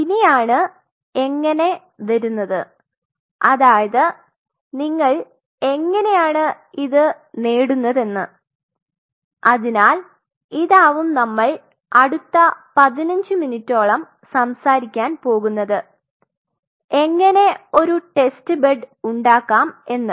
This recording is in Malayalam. ഇനിയാണ് എങ്ങനെ വരുന്നത് അതായത് നിങ്ങൾ എങ്ങനെയാണ് ഇത് നേടുന്നതെന്ന് അതിനാൽ ഇതാവും നമ്മൾ അടുത്ത പതിനഞ്ചു മിനിറ്റോളം സംസാരിക്കാൻ പോകുന്നത് എങ്ങനെ ഒരു ടെസ്റ്റ് ബെഡ് ഉണ്ടാകാം എന്ന്